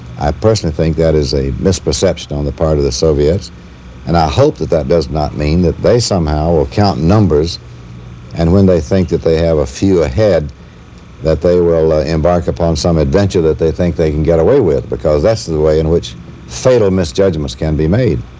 i personally think that is a misperception on the part of the soviets and i hope that that does not mean that they somehow or other count numbers and when they think that they have a few ahead that they will ah embark upon some adventure that they think they can get away with because that's the the way in which fatal misjudgments can be made.